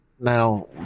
Now